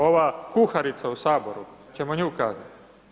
Ova kuharica u Saboru, 'oćemo nju kaznit?